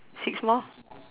six more